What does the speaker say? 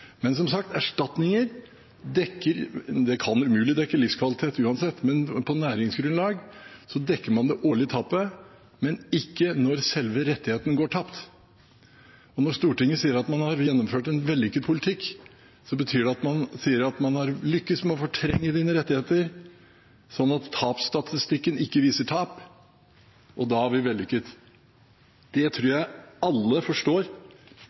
Men som sagt, erstatninger kan umulig dekke livskvalitet – uansett. For næringsgrunnlag dekker man det årlige tapet, men ikke når selve rettigheten går tapt. Når Stortinget sier at man har gjennomført en vellykket politikk, betyr det at man sier at man har lyktes med å fortrenge dine rettigheter, slik at tapsstatistikken ikke viser tap. Da er vi vellykket! Det tror jeg alle forstår